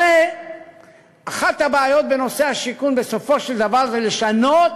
הרי אחת הבעיות בנושא השיכון בסופו של דבר היא בצורך לשנות